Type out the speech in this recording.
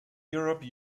europe